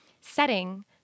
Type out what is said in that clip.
setting